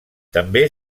també